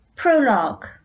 Prologue